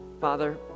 Father